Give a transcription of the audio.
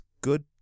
good